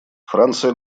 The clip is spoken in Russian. франция